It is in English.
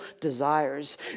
desires